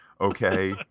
okay